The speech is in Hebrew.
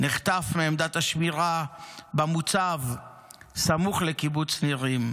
ונחטף מעמדת השמירה במוצב סמוך לקיבוץ נירים,